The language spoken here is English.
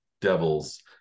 Devils